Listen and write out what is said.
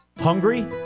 Hungry